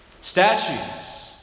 statues